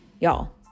Y'all